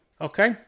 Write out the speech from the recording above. okay